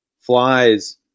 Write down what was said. flies